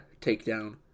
takedown